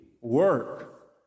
work